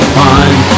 fine